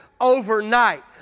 overnight